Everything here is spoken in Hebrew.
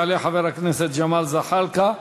יעלה חבר הכנסת ג'מאל זחאלקה,